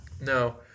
No